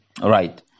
right